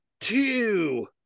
Two